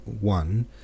one